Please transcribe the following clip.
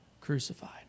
crucified